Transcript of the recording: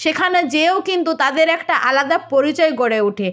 সেখানে যেয়েও কিন্তু তাদের একটা আলাদা পরিচয় গড়ে উঠে